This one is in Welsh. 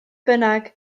bynnag